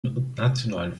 nationalen